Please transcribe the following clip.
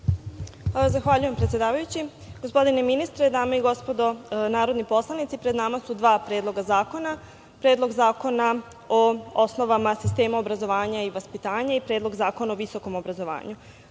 Turk** Zahvaljujem, predsedavajući. Gospodine ministre, dame i gospodo narodni poslanici, pred nama su dva predloga zakona - Predlog zakona o osnovama sistema obrazovanja i vaspitanja i Predlog zakona o visokom obrazovanju. Kada